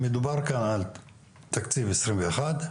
שמדובר כאן על תקציב 2021,